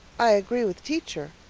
i agree with teacher.